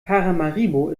paramaribo